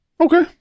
Okay